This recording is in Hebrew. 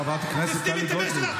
חברת הכנסת טלי גוטליב.